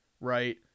Right